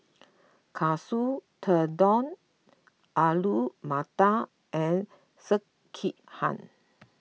Katsu Tendon Alu Matar and Sekihan